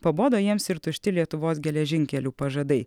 pabodo jiems ir tušti lietuvos geležinkelių pažadai